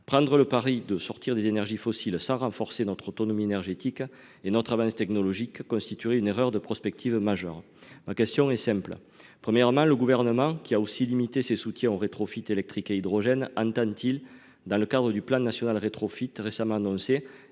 Prendre le pari de sortir des énergies fossiles, sans renforcer notre autonomie énergétique et notre avance technologique, constituerait une erreur de prospective majeure. Aussi mes questions sont-elles simples. Premièrement, le Gouvernement, qui a aussi limité ses soutiens au rétrofit électrique et hydrogène, entend-il, dans le cadre du plan d'action national en faveur du rétrofit récemment annoncé,